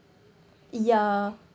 ya